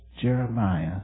Jeremiah